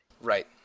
Right